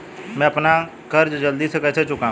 मैं अपना कर्ज जल्दी कैसे चुकाऊं?